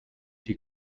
die